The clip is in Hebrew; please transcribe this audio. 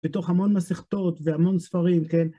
בתוך המון מסכתות והמון ספרים, כן?